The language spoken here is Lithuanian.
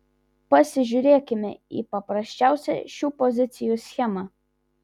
pasižiūrėkime į paprasčiausią šių pozicijų schemą